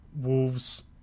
Wolves